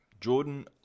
Jordan